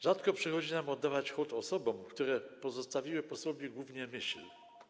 Rzadko przychodzi nam oddawać hołd osobom, które pozostawiły po sobie głównie myśl.